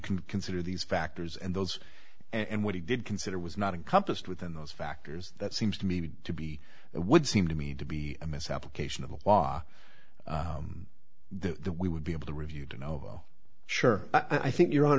can consider these factors and those and what he did consider was not in compassed within those factors that seems to me to be it would seem to me to be a misapplication of the law the we would be able to review dunno sure i think your hon